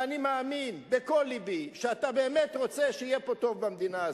ואני מאמין בכל לבי שאתה באמת רוצה שיהיה פה טוב במדינה הזאת,